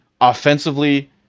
offensively